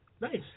Nice